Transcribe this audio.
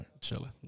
Chilling